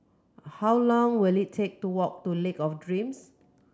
how long will it take to walk to Lake of Dreams